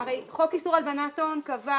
הרי חוק איסור הלבנת הון קבע